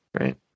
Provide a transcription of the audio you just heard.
right